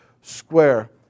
square